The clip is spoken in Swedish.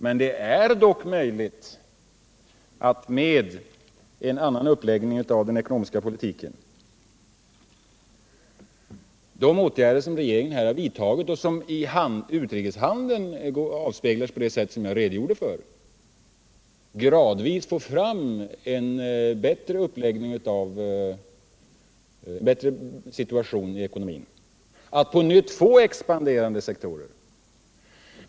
Men det är möjligt att man, med en annan uppläggning av den ekonomiska politiken och genom de åtgärder som regeringen vidtagit och som i utrikeshandeln avspeglar sig på det sätt som jag redogjorde för, gradvis får fram en bättre situation i ekonomin och på nytt får expanderande sektorer.